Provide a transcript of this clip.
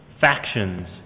factions